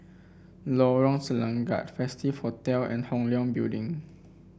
Lorong Selangat Festive Hotel and Hong Leong Building